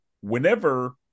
whenever